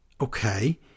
Okay